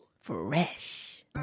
Fresh